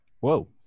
Whoa